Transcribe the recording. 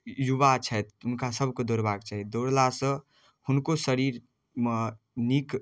युवा छथि हुनकासभके दौड़बाके चाही दौड़लासँ हुनको शरीरमे नीक